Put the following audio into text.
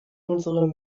unsere